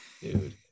dude